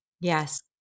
Yes